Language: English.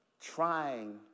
trying